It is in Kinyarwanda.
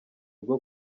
bwo